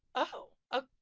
oh, oh.